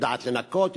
יודעת לנקות,